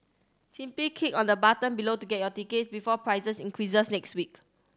simply click on the button below to get your tickets before prices increase next week